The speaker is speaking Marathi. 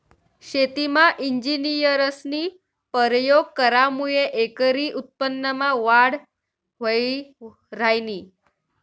शेतीमा इंजिनियरस्नी परयोग करामुये एकरी उत्पन्नमा वाढ व्हयी ह्रायनी